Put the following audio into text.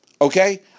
Okay